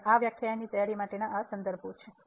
અને આ વ્યાખ્યાનની તૈયારી માટેના આ સંદર્ભો છે